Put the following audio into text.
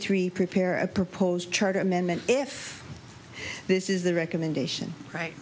three prepare a proposed charter amendment if this is the recommendation right